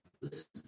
Listen